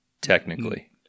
Technically